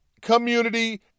community